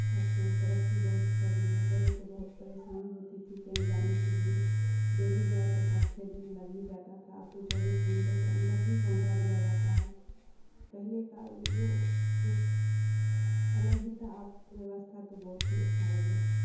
اب تو ترقی بہت کر لیے پہلے تو بہت پریشانی ہوتی تھی کہیں جانے کے لیے دہلی جاؤ تو پانچ چھ دن لگ ہی جاتا تھا اب تو چوبیس گھنٹے کے اندر ہی پہنچا دیا جاتا ہے پہلے کا وہ جو کچھ الگ ہی تھا اب ویوستھا تو بہت ہی اچھا ہو گیا